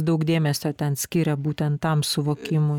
daug dėmesio ten skiria būtent tam suvokimui